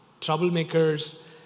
troublemakers